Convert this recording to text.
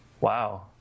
wow